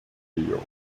field